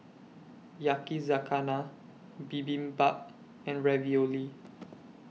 Yakizakana Bibimbap and Ravioli